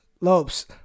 Lopes